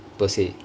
per se